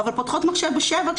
אבל פותחות מחשב ב-19:00,